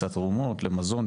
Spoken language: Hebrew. גייסה תרומות למזון,